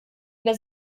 über